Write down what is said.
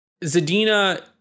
Zadina